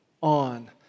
on